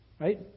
right